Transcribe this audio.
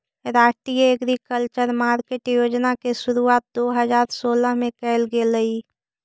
राष्ट्रीय agriculture market योजना के शुरुआत दो हज़ार सोलह में कैल गेलइ